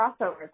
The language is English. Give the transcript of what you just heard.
crossovers